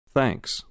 Thanks